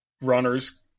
runners